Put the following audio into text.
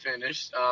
finished